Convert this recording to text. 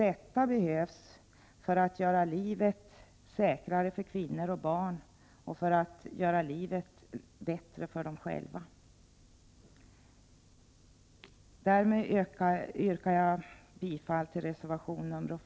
Detta är nödvändigt för att göra livet säkrare för kvinnor och barn och för att göra livet bättre för dem själva. Därmed yrkar jag bifall till reservation 6.